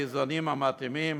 צריך למצוא את האיזונים המתאימים